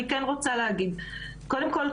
אני כן רוצה להגיד: קודם כל,